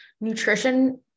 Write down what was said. nutrition